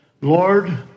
Lord